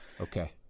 Okay